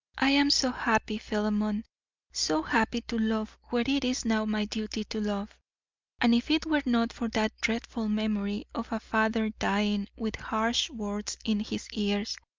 i am so happy, philemon, so happy to love where it is now my duty to love and if it were not for that dreadful memory of a father dying with harsh words in his ears,